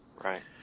Right